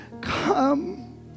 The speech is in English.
Come